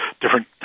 different